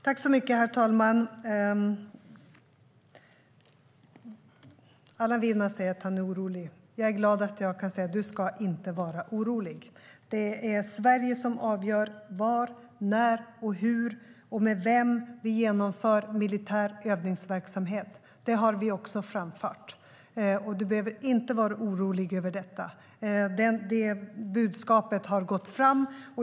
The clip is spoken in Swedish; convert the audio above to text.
Herr talman! Allan Widman säger att han är orolig. Jag är glad att jag kan säga: Du ska inte vara orolig, Allan. Det är Sverige som avgör var, när, hur och med vem vi genomför militär övningsverksamhet. Det har vi också framfört. Du behöver inte vara orolig över detta. Det budskapet har gått fram.